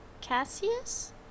Cassius